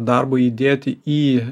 darbo įdėti į